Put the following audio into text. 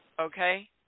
Okay